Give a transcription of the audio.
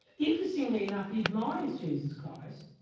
interestingly enough, he admires jesus christ,